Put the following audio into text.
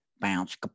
Bounce